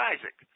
Isaac